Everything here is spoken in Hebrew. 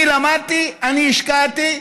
אני למדתי, אני השקעתי,